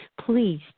Please